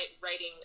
writing